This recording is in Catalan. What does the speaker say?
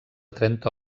trenta